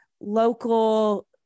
local